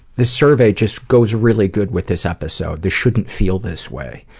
this survey just goes really good with this episode, the shouldn't feel this way.